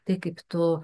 tai kaip tu